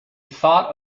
thought